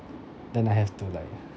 then I have to like